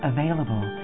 Available